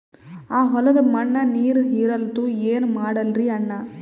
ಆ ಹೊಲದ ಮಣ್ಣ ನೀರ್ ಹೀರಲ್ತು, ಏನ ಮಾಡಲಿರಿ ಅಣ್ಣಾ?